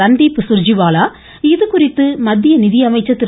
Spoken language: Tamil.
ரன்தீப் சுர்ஜிவாலா இதுகுறித்து மத்திய நிதியமைச்சர் திரு